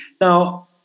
Now